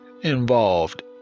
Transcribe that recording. involved